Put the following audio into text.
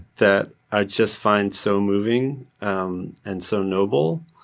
that i just find so moving um and so noble.